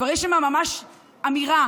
כבר יש ממש אמירה